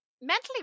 mentally